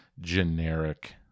generic